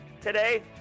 today